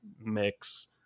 mix